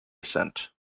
ascent